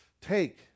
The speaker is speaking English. take